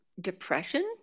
depression